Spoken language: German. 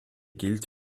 gilt